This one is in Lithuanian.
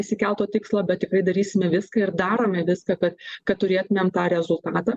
išsikelto tikslo bet tikrai darysime viską ir darome viską kad kad turėtumėm tą rezultatą